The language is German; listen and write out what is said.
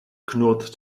knurrt